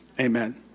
Amen